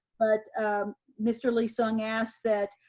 but mr. lee-sung asked that